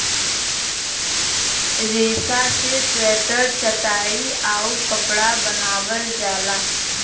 रेसा से स्वेटर चटाई आउउर कपड़ा बनावल जाला